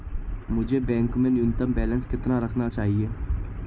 मुझे बैंक में न्यूनतम बैलेंस कितना रखना चाहिए?